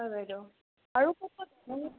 হয় বাইদেউ আৰু